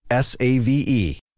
SAVE